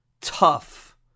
tough